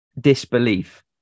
disbelief